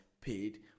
paid